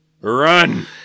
Run